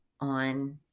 on